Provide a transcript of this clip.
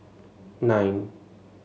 nine